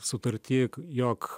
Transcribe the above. sutarty jog